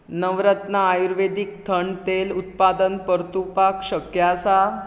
नवरत्न आयुर्वेदीक थंड तेल उत्पादन परतुवपाक शक्य आसा